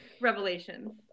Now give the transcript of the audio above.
revelations